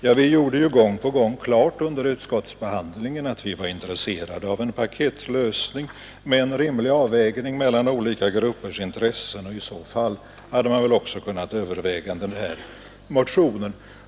Ja, vi gjorde gång på gång under utskottsbehandlingen klart att vi var intresserade av en paketlösning med en rimlig avvägning mellan olika gruppers intressen, och i så fall hade vi väl också kunnat överväga den här motionen.